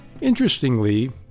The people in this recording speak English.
Interestingly